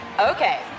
Okay